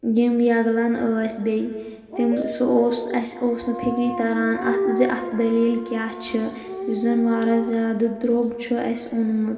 یِم یگلان ٲسۍ بیٚیہِ تِم سُہ اوس اسہِ اوس نہٕ فِکری تران اتھ زِ اتھ دلیٖل کیٛاہ چھِ یُس زن وارہ زیادٕ درٛوٚگ چھُ اسہِ اوٚنمُت